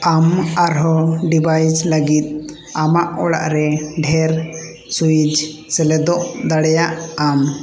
ᱟᱢ ᱟᱨᱦᱚᱸ ᱰᱤᱵᱷᱟᱭᱤᱥ ᱞᱟᱜᱤᱫ ᱟᱢᱟᱜ ᱚᱲᱟᱜᱨᱮ ᱰᱷᱮᱨ ᱥᱩᱭᱤᱡᱽ ᱥᱮᱞᱮᱫ ᱫᱟᱲᱮᱭᱟᱜ ᱟᱢ